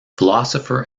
philosopher